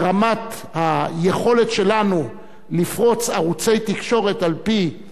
ברמת היכולת שלנו לפרוץ ערוצי תקשורת על-פי